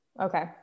Okay